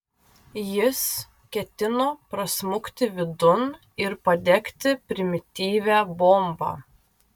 jis ketino prasmukti vidun ir padegti primityvią bombą